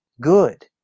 good